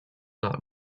not